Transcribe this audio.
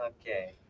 Okay